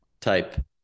type